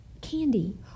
candy